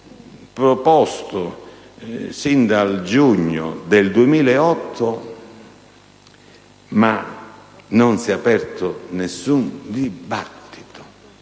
avanzato sin dal giugno 2008, ma non si è aperto nessun dibattito.